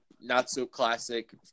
not-so-classic